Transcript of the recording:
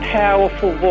powerful